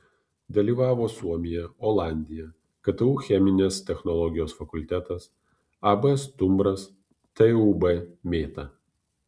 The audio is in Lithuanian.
dalyvavo suomija olandija ktu cheminės technologijos fakultetas ab stumbras tūb mėta